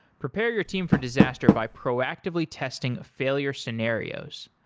prepare your team for disaster by proactively testing failure scenarios.